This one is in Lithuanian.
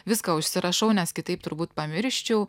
viską užsirašau nes kitaip turbūt pamirščiau